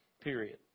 period